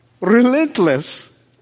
relentless